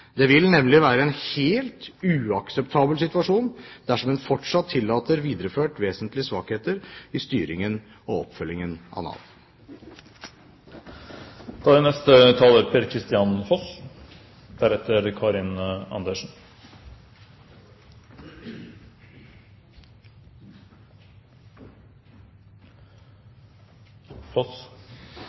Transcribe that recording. Det vil nemlig være en helt uakseptabel situasjon dersom en fortsatt tillater videreført vesentlige svakheter i styringen og oppfølgingen av Nav. Det er